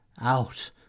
out